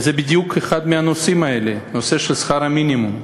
וזה, הנושא של שכר המינימום,